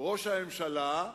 ראש הממשלה,